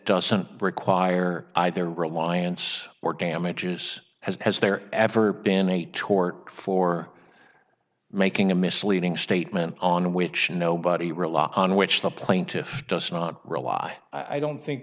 doesn't require either reliance or damages has there ever been a tort for making a misleading statement on which nobody rely on which the plaintiff does not rely i don't think